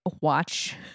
watch